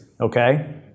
okay